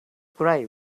cry